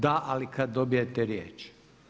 Da, ali kad dobijete riječ.